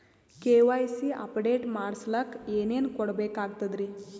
KYC update ಮಾಡಸ್ಲಕ ಏನೇನ ಕೊಡಬೇಕಾಗ್ತದ್ರಿ?